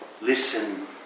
Listen